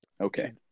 okay